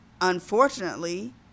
unfortunately